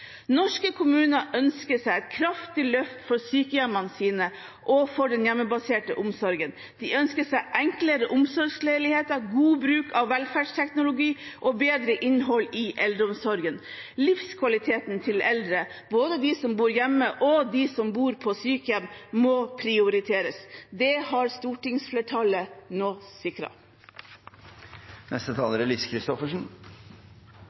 Norske kommuner ønsker seg et kraftig løft for sykehjemmene sine og for den hjemmebaserte omsorgen. De ønsker seg enklere omsorgsleiligheter, god bruk av velferdsteknologi og bedre innhold i eldreomsorgen. Livskvaliteten til eldre – både de som bor hjemme, og de som bor på sykehjem – må prioriteres. Det har stortingsflertallet nå